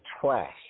trash